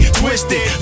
twisted